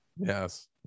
yes